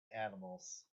animals